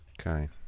Okay